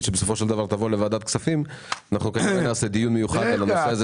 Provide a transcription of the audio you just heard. שבסופו של דבר תבוא לוועדת הכספים כנראה נקיים דיון מיוחד על הנושא.